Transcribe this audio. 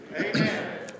Amen